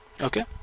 okay